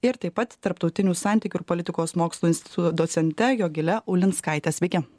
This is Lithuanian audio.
ir taip pat tarptautinių santykių ir politikos mokslų instituto docente jogile ulinskaite sveiki